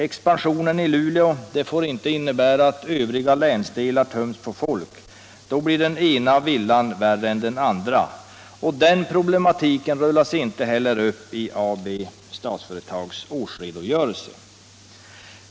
Expansionen i Luleå får inte innebära att övriga länsdelar töms på folk. Då blir den ena villan värre än den andra. Den problematiken rullas inte heller upp i Statsföretag AB:s årsredogörelse.